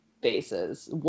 bases